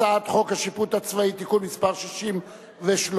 הצעת חוק השיפוט הצבאי (תיקון מס' 63)